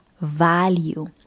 value